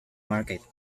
market